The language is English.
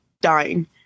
dying